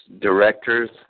directors